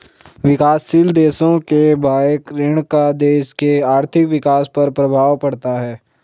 विकासशील देशों के बाह्य ऋण का देश के आर्थिक विकास पर प्रभाव पड़ता है